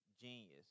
genius